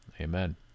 Amen